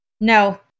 No